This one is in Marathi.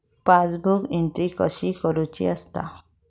पासबुक एंट्री कशी करुची असता?